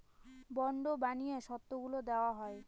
bond বানিয়ে শর্তগুলা দেওয়া হয়